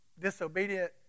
disobedient